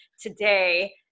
today